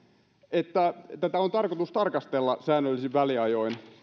että tätä esitystä on tarkoitus tarkastella säännöllisin väliajoin